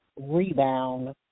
rebound